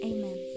Amen